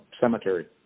Cemetery